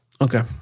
Okay